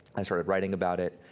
i started writing about it,